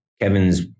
Kevin's